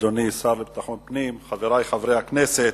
אדוני השר לביטחון פנים, חברי חברי הכנסת,